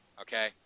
okay